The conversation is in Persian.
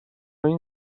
این